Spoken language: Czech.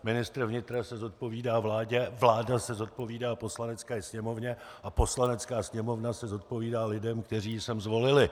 Ministr vnitra se zodpovídá vládě, vláda se zodpovídá Poslanecké sněmovně a Poslanecká sněmovna se zodpovídá lidem, kteří ji sem zvolili.